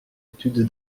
étude